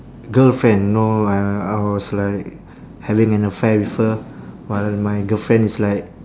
girlfriend no I I was like having an affair with her while my girlfriend is like